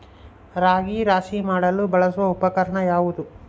ರಾಗಿ ರಾಶಿ ಮಾಡಲು ಬಳಸುವ ಉಪಕರಣ ಯಾವುದು?